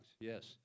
Yes